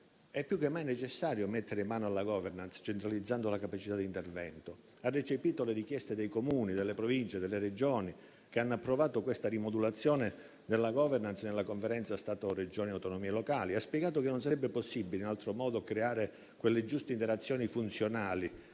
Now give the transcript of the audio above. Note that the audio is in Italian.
È più che mai necessario mettere mano alla *governance* centralizzando la capacità di intervento. Lei ha recepito le richieste dei Comuni, delle Province e delle Regioni, che hanno approvato questa rimodulazione della *governance* nella Conferenza Stato-Regioni e autonomie locali. E ha spiegato che non sarebbe possibile in altro modo creare quelle giuste interazioni funzionali